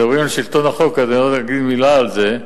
מדברים על שלטון החוק, אני אגיד מלה על זה,